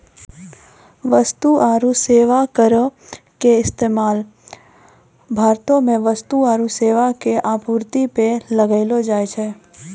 वस्तु आरु सेबा करो के इस्तेमाल भारतो मे वस्तु आरु सेबा के आपूर्ति पे लगैलो जाय छै